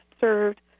served